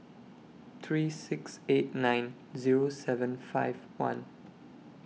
three six eight nine Zero seven five one